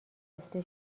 گفته